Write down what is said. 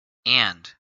and